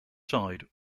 side